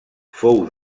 fou